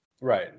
Right